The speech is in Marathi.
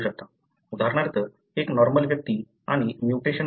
उदाहरणार्थ एक नॉर्मल व्यक्ती आणि म्युटेशन वाहणारी व्यक्ती